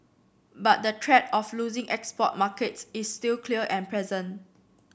but the threat of losing export markets is still clear and present